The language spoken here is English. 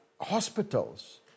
hospitals